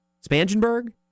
Spangenberg